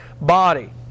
body